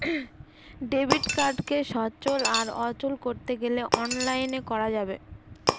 debit কার্ডকে সচল আর অচল করতে গেলে অনলাইনে করা যাবে